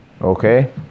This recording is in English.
okay